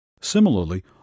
Similarly